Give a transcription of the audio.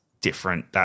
different